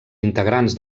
integrants